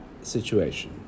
situation